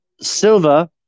Silva